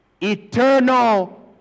Eternal